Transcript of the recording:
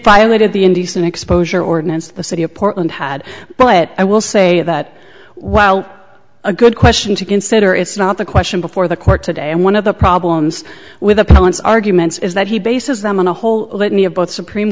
violated the indecent exposure ordinance the city of portland had but i will say that while a good question to consider it's not the question before the court today and one of the problems with opponents arguments is that he bases them on a whole litany of both supreme